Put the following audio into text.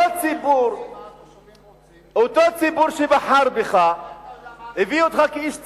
אותו ציבור שבחר בך הביא אותך כאיש ציבור,